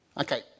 Okay